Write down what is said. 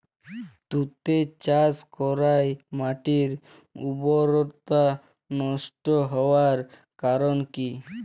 তুতে চাষ করাই মাটির উর্বরতা নষ্ট হওয়ার কারণ কি?